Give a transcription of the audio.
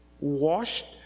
washed